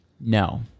No